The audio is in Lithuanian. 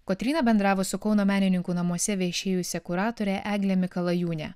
kotryna bendravo su kauno menininkų namuose viešėjusia kuratore egle mikalajūne